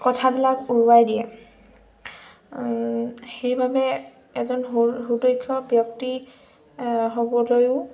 কথাবিলাক উৰুৱাই দিয়ে সেইবাবে এজন সু সুদক্ষ ব্যক্তি হ'বলৈয়ো